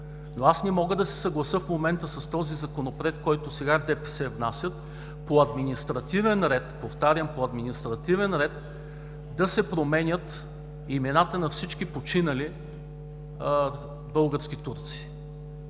Но не мога да се съглася с този Законопроект, който сега ДПС предлага – по административен ред, повтарям, по административен ред да се променят имената на всички починали български турци.